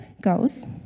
goes